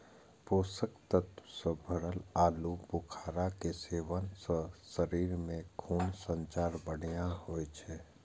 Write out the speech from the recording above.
पोषक तत्व सं भरल आलू बुखारा के सेवन सं शरीर मे खूनक संचार बढ़िया होइ छै